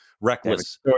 reckless